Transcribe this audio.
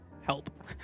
help